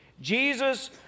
Jesus